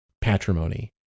patrimony